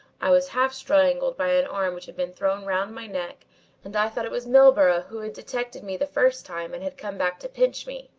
i was half-strangled by an arm which had been thrown round my neck and i thought it was milburgh who had detected me the first time and had come back to pinch me.